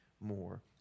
more